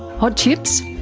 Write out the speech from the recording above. hot chips,